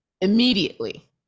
immediately